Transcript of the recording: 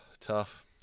tough